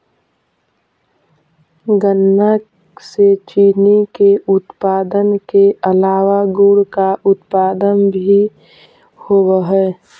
गन्ना से चीनी के उत्पादन के अलावा गुड़ का उत्पादन भी होवअ हई